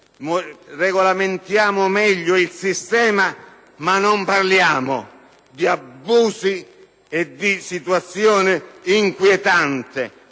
regolamentiamo meglio il sistema, ma non parliamo di abusi e di situazione inquietante,